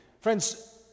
Friends